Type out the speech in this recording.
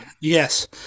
Yes